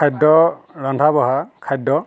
খাদ্য ৰন্ধা বঢ়া খাদ্য